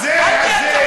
אל תהיה צבוע,